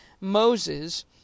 Moses